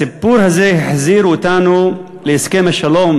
הסיפור הזה החזיר אותנו להסכם השלום